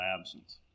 absence